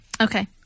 Okay